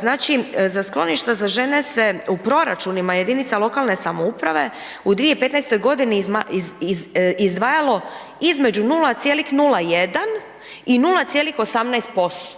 znači za skloništa za žene se u proračunima jedinica lokalne samouprave u 2015. godini izdvajalo između 0,01 i 0,18%